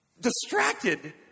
distracted